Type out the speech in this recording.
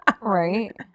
Right